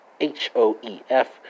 H-O-E-F